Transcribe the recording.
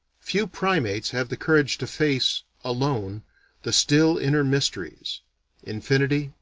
few primates have the courage to face alone the still inner mysteries infinity,